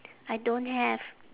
I don't have